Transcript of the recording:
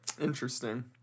Interesting